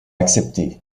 accepté